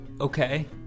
okay